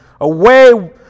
away